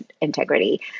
integrity